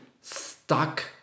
stuck